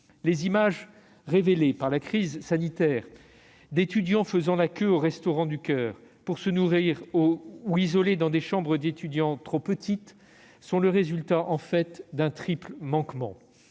Les images révélées par la crise sanitaire d'étudiants faisant la queue aux Restos du Coeur pour se nourrir ou isolés dans des chambres d'étudiants trop petites sont le résultat en fait d'un triple manquement.